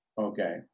okay